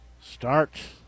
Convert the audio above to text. start